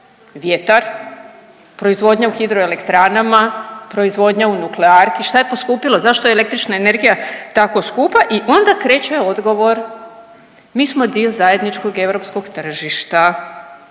vjetar, proizvodnja u hidroelektranama, proizvodnja u nuklearki? Šta je poskupilo? Zašto je električna energija tako skupa i onda kreće odgovor, mi smo dio zajedničkog europskog tržišta.